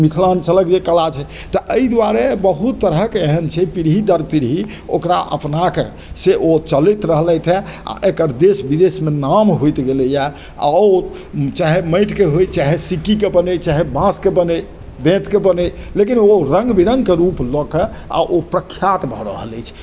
मिथिलाञ्चलक जे कला छै तऽ अइ दुआरे बहुत तरहके एहन छै पीढ़ी दर पीढ़ी ओकरा अपनाके से ओ चलैत रहलथि हइ आओर एकर देश विदेशमे नाम होइत गेलइए आओर ओ चाहय माटिके होइ चाहय सिक्कीके बनय चाहय बाँसके बनय बेँतके बनय लेकिन ओ रङ्ग बिरङ्गके रूप लऽके आओर ओ प्रख्यात भऽ रहल अछि